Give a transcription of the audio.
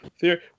theory